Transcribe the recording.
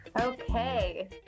Okay